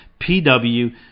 PW